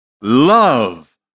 love